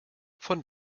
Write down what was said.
von